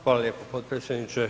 Hvala lijepo potpredsjedniče.